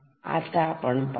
आता आपण पाहू